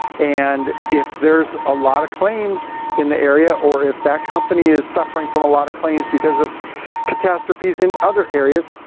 and if there's a lot of claims in the area, or if that company is suffering from a lot of claims because of catastrophes in other areas,